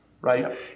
Right